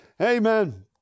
Amen